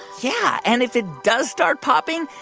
yeah. and if it does start popping,